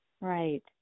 Right